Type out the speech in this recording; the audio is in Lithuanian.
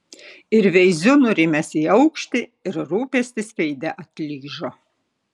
ir veiziu nurimęs į aukštį ir rūpestis veide atlyžo